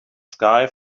sky